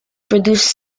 produced